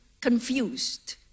confused